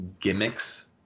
gimmicks